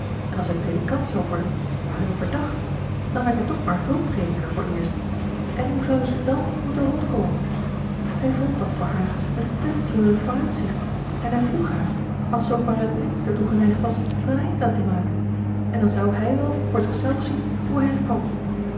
en als hij predikant zou worden waar hij over dacht dan werd hij toch maar hulpprediker vooreerst en hoe zouden ze dan moeten rondkomen hij vond dat voor haar een te treurig vooruitzicht en hij vroeg haar als ze ook maar in t minst ertoe geneigd was er een eind aan te maken en dan zou hij wel voor zichzelf zien hoe hij er kwam